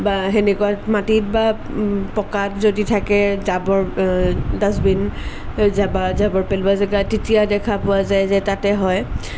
বা সেনেকুৱা মাটিত বা পকাত যদি থাকে জাবৰ ডাষ্টবিন বা জাবৰ পেলোৱা জেগা তেতিয়া দেখা পোৱা যায় যে তাতে হয়